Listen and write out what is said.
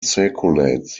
circulates